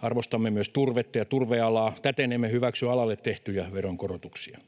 Arvostamme myös turvetta ja turvealaa. Täten emme hyväksy alalle tehtyjä veronkorotuksia.